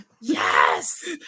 Yes